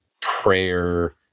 prayer